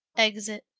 exit